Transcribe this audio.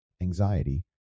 anxiety